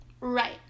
Right